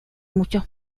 muchos